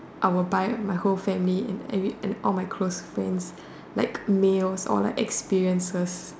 I will buy my whole family and every and all my close friends like meals or like experiences